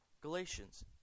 Galatians